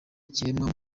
kiremwa